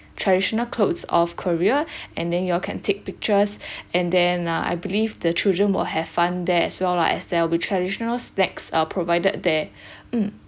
traditional clothes of korea and then you all can take pictures and then uh I believe the children will have fun there as well lah as there will be traditional snacks are provided there mm